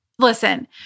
Listen